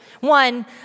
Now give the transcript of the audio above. one